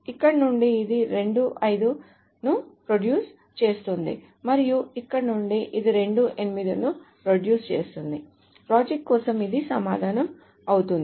ఇక్కడ నుండి ఇది 2 5 ను ప్రొడ్యూస్ చేస్తుంది మరియు ఇక్కడ నుండి ఇది 2 8 ను ప్రొడ్యూస్ చేస్తుంది ప్రాజెక్ట్ కోసం ఇది సమాధానం అవుతుంది